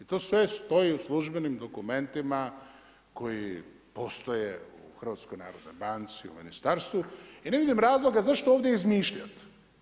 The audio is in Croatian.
I to sve stoji u službenim dokumentima koji postoje u HNB-u, u ministarstvu i ne vidim razloga zašto ovdje izmišljati.